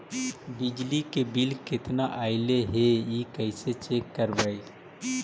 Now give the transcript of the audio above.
बिजली के बिल केतना ऐले हे इ कैसे चेक करबइ?